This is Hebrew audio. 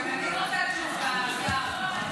גם אני רוצה תשובה, השר.